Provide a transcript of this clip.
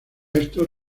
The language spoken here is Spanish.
estos